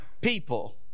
people